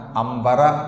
ambara